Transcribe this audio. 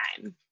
time